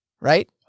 right